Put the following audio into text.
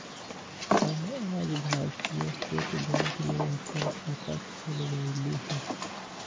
हम आज भारतीय स्टेट बैंक में अप्पन खाता खोलबईली ह